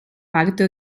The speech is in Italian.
parte